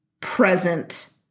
present